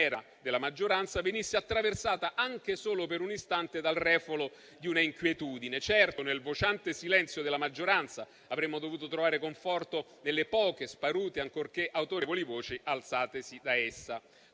della maggioranza venisse attraversata anche solo per un istante dal refolo di un'inquietudine. Certo, nel vociante silenzio della maggioranza, avremmo dovuto trovare conforto nelle poche, sparute, ancorché autorevoli, voci alzatesi da essa;